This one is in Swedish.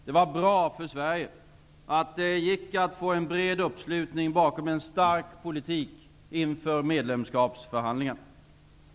Det var bra för Sverige att det gick att få en bred uppslutning bakom en stark politik inför medlemskapsförhandlingarna.